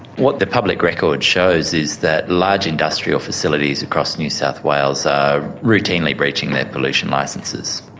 what the public record shows is that large industrial facilities across new south wales are routinely breaching their pollution licences.